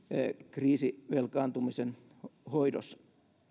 kriisivelkaantumisen hoidossa